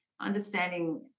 understanding